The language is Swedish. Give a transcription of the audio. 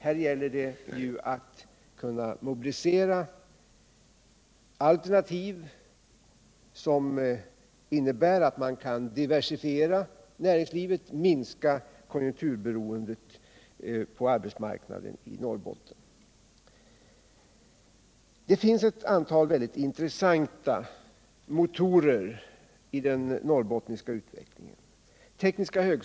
Här gäller det att kunna mobilisera alternativ som innebär att man kan diversifiera näringslivet och minska konjunkturberoendet på arbetsmarknaden i Norrbotten. Det finns ett antal mycket intressanta motorer i den norrbottniska utvecklingen.